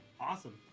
Awesome